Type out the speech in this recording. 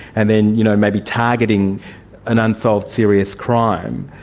and then you know maybe targeting an unsolved serious crime.